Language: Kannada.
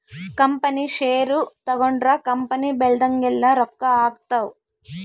ಕಂಪನಿ ಷೇರು ತಗೊಂಡ್ರ ಕಂಪನಿ ಬೆಳ್ದಂಗೆಲ್ಲ ರೊಕ್ಕ ಆಗ್ತವ್